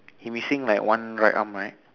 it missing like one right arm right